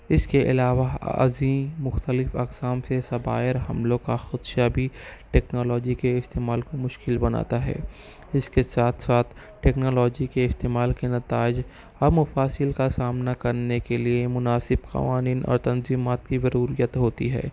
اس کے علاوہ ازیں مختلف اقسام کے سبائر حملوں کا خدشہ بھی ٹیکنالوجی کے استعمال کو مشکل بناتا ہے اس کے ساتھ ساتھ ٹیکنالوجی کے استعمال کے نتائج اور مفاصل کا سامنا کرنے کے لیے مناسب قوانین اور تنظیمات کی ضروريت ہوتی ہے